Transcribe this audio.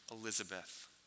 Elizabeth